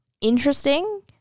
interesting